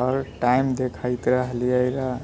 आओर टाइम देखैत रहलियै रहै